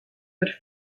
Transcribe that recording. per